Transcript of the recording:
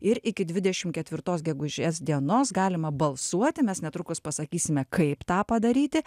ir iki dvidešimt ketvirtos gegužės dienos galima balsuoti mes netrukus pasakysime kaip tą padaryti